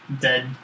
dead